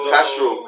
Castro